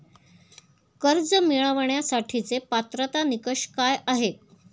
कर्ज मिळवण्यासाठीचे पात्रता निकष काय आहेत?